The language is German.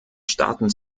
staaten